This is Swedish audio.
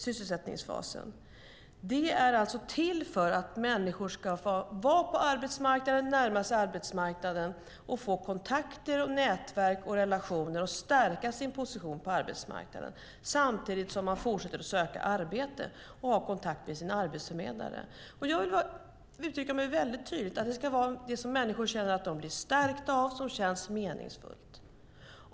Sysselsättningsfasen är alltså till för att människor ska få vara på arbetsmarknaden, närma sig den och få kontakter, nätverk och relationer och stärka sin position samtidigt som de fortsätter att söka arbete och har kontakt med sin arbetsförmedlare. Jag vill uttrycka mig väldigt tydligt: Det ska vara det som människor känner sig stärkta av och som känns meningsfullt.